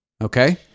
okay